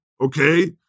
okay